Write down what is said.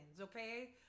okay